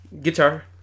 Guitar